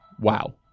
Wow